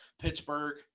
Pittsburgh